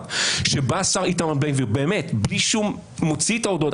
השר איתמר בן גביר מוציא את ההודעות,